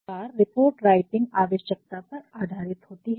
तो इस प्रकार रिपोर्ट राइटिंग आवश्यकता पर आधारित होती है